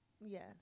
Yes